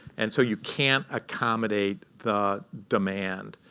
and so you can't accommodate the demand.